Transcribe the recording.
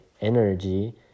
energy